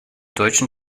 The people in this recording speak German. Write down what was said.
deutschen